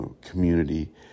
community